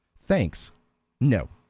thanks no,